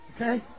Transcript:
Okay